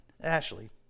Ashley